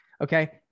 Okay